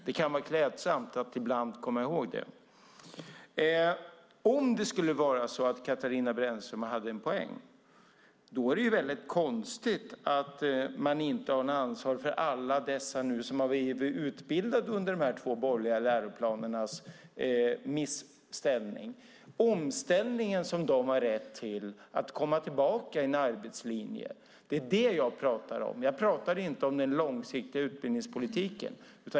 Det kan vara klädsamt att ibland komma ihåg det. Om Katarina Brännström skulle ha en poäng är det väldigt konstigt att man inte har något ansvar för alla dem som har blivit utbildade under de här två borgerliga läroplanerna. Jag pratar om omställningen, som de har rätt till för att komma tillbaka i en arbetslinje. Jag pratar inte om den långsiktiga utbildningspolitiken.